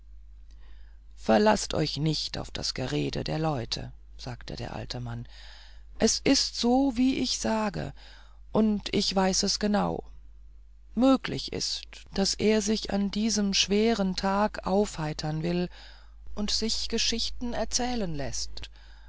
verlasset euch nicht auf das gerede der leute sagte der alte mann es ist so wie ich es sage und ich weiß es genau möglich ist daß er sich an diesem schweren tage aufheitern will und sich geschichten erzählen läßt